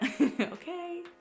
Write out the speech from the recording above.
Okay